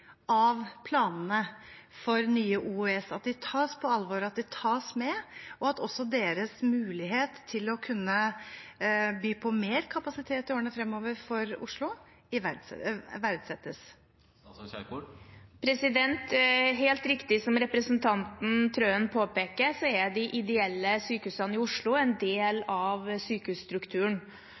av planene for Nye OUS, at de tas på alvor, at de tas med, og at også deres mulighet til å kunne by på mer kapasitet i årene fremover for Oslo verdsettes? Det er helt riktig som representanten Trøen påpeker, at de ideelle sykehusene i Oslo er en del av sykehusstrukturen.